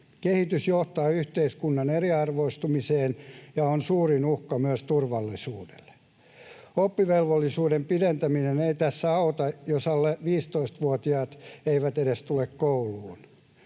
kehitys johtaa yhteiskunnan eriarvoistumiseen ja on suurin uhka myös turvallisuudelle. Oppivelvollisuuden pidentäminen ei tässä auta, jos alle 15-vuotiaat eivät edes tule kouluun.